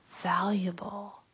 valuable